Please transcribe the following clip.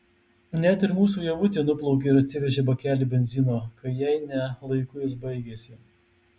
net ir mūsų ievutė nuplaukė ir atsivežė bakelį benzino kai jai ne laiku jis baigėsi